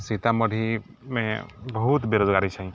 सीतामढ़ीमे बहुत बेरोजगारी छै